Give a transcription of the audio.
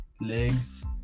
Legs